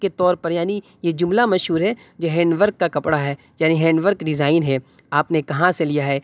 کے طور پر یعنی یہ جملہ مشہور ہے یہ ہینڈ ورک کا کپڑا ہے یعنی ہینڈ ورک ڈیزائن ہے آپ نے کہاں سے لیا ہے